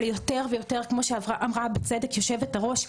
אבל כמו שאמרה בצדק יושבת הראש,